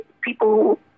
people